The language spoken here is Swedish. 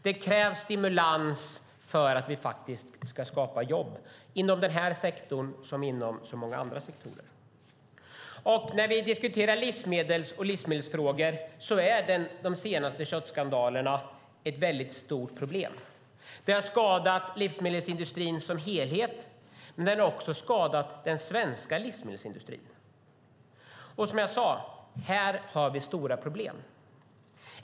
Det krävs stimulans för att skapa jobb såväl i den här sektorn som inom så många andra sektorer. När vi diskuterar livsmedelsfrågor är de senaste köttskandalerna ett stort problem. De har skadat livsmedelsindustrin som helhet och de har också skadat den svenska livsmedelsindustrin. Här har vi stora problem.